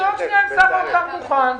תבדוק אם שר האוצר מוכן,